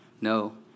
No